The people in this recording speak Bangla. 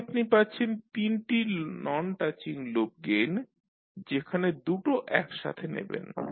তাহলে আপনি পাচ্ছেন 3 টি নন টাচিং লুপ গেইন যেখানে দুটো একসাথে নেবেন